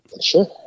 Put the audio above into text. Sure